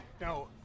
Now